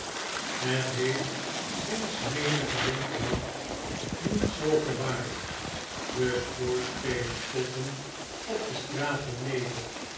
het heeft sinds menigen winternacht niet zoo gewaaid de schoorsteenen ploffen op de straten neder